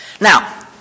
Now